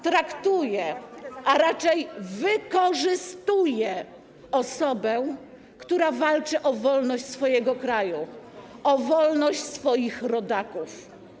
traktuje, a raczej wykorzystuje, osobę, która walczy o wolność swojego kraju, o wolność swoich rodaków.